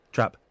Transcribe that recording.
Trap